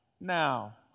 now